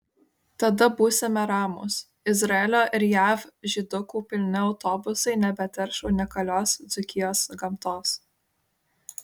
tada būsime ramūs izraelio ir jav žydukų pilni autobusai nebeterš unikalios dzūkijos gamtos